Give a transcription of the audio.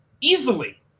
easily